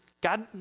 God